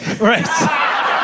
Right